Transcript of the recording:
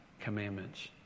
commandments